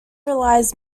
relies